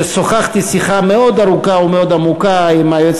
ששוחחתי שיחה מאוד ארוכה ומאוד עמוקה עם היועץ